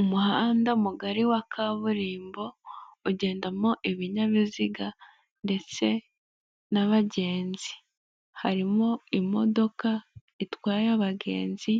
Umuhanda mugari wa kaburimbo ugendamo ibinyabiziga ndetse n'abagenzi, harimo imodoka itwaye abagenzi,